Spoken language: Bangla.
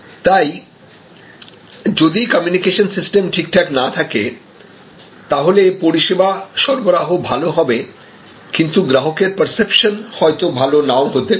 তাই যদি কমিউনিকেশন সিস্টেম ঠিকঠাক না থাকে তাহলে পরিষেবা সরবরাহ ভালো হবে কিন্তু গ্রাহকের পার্সেপশন হয়তো ভালো নাও হতে পারে